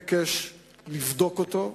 ה-FAA ביקש לבדוק אותו,